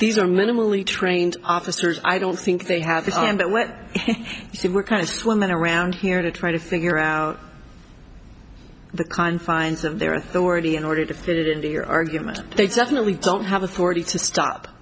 these are minimally trained officers i don't think they have this time but when they were kind of swimming around here to try to figure out the confines of their authority in order to fit into your argument they definitely don't have a